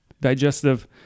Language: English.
digestive